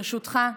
ברשותך,